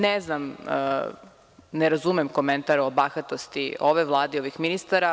Ne znam, ne razumem komentar o bahatosti ove Vlade, ovih ministara.